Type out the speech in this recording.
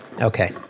Okay